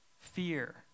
fear